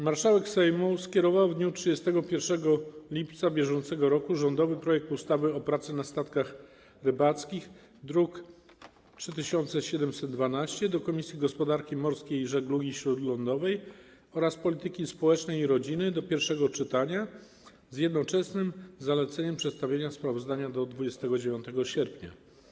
Marszałek Sejmu w dniu 31 lipca br. skierował rządowy projekt ustawy o pracy na statkach rybackich, druk nr 3712, do Komisji Gospodarki Morskiej i Żeglugi Śródlądowej oraz Polityki Społecznej i Rodziny do pierwszego czytania, z jednoczesnym zaleceniem przedstawienia sprawozdania do 29 sierpnia.